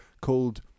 called